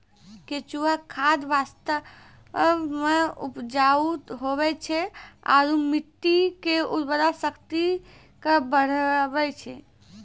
केंचुआ खाद वास्तव मे उपजाऊ हुवै छै आरू मट्टी के उर्वरा शक्ति के बढ़बै छै